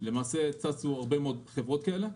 למעשה צצו הרבה מאוד חברות כאלה.